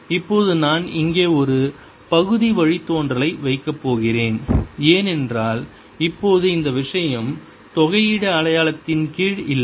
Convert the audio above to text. இப்போது நான் இங்கே ஒரு பகுதி வழித்தோன்றலை வைக்கப் போகிறேன் ஏனென்றால் இப்போது இந்த விஷயம் தொகையீடு அடையாளத்தின் கீழ் இல்லை